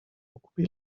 okupi